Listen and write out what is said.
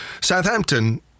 Southampton